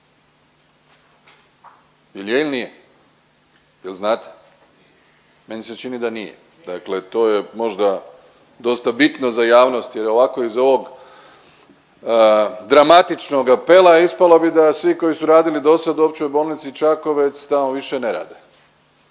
Jel' je ili nije? Jel' znate? Meni se čini da nije. Dakle to je možda dosta bitno za javnost, jer ovako iz ovog dramatičnog apela ispalo bi da svi koji su radili do sad u Općoj bolnici Čakovec tamo više ne rade,